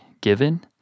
given